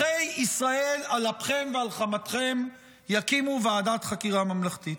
על אפכם ועל חמתכם אזרחי ישראל יקימו ועדת חקירה ממלכתית.